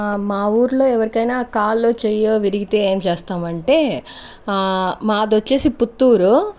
ఆ మా ఊర్లో ఎవరికైనా కాలో చేయ్యో విరిగితే ఏం చేస్తామంటే మాదొచ్చేసి పుత్తూరు